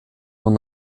man